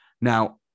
now